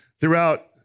throughout